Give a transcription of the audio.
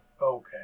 Okay